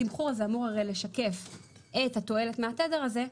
התמחור הזה אמור הרי לשקף את התועלת מהתדר הזה,